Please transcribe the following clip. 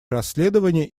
расследования